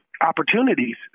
opportunities